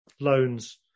loans